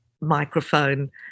Microphone